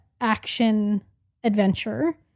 action-adventure